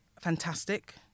fantastic